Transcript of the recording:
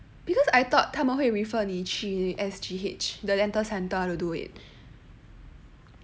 because I thought 他们会 refer 你去 S_G_H the dental centre to do it